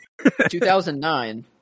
2009